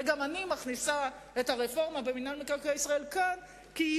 וגם אני מכניסה את הרפורמה במינהל מקרקעי ישראל כאן כי היא